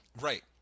right